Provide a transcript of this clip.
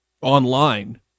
online